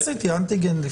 אנטיגן.